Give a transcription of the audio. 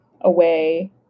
away